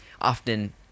often